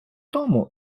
тому